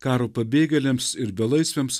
karo pabėgėliams ir belaisviams